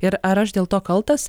ir ar aš dėl to kaltas